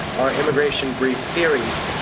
our immigration brief series.